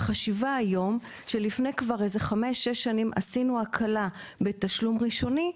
החשיבה היום היא שכבר לפני חמש-שש שנים עשינו הקלה בתשלום הראשוני,